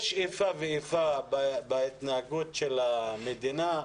יש איפה ואיפה בהתנהגות של המדינה,